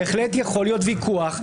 בהחלט יכול להיות ויכוח,